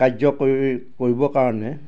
কাৰ্য কৰি কৰিবৰ কাৰণে